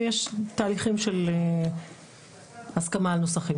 ויש תהליכים של הסכמה על נוסחים.